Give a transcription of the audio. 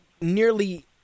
nearly